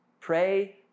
Pray